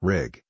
Rig